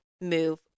move